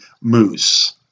moose